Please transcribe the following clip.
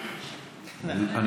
כשהתחילו היה רק הכבלים.